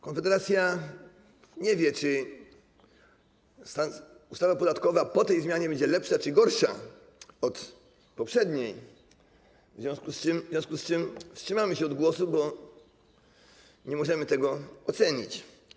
Konfederacja nie wie, czy ustawa podatkowa po tej zmianie będzie lepsza czy gorsza od poprzedniej, w związku z czym wstrzymamy się od głosu, bo nie możemy tego ocenić.